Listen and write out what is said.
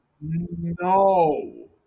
No